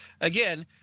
again